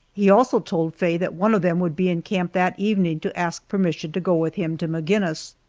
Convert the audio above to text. he also told faye that one of them would be in camp that evening to ask permission to go with him to maginnis.